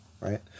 right